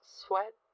sweat